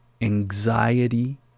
anxiety